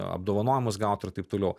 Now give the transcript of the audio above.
apdovanojimus gautų ir taip toliau